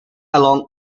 along